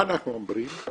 מה אנחנו אומרים?